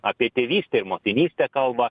apie tėvystę ir motinystę kalba